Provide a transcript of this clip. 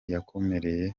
yakomerekejwe